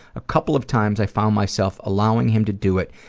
a couple of times i found myself allowing him to do it,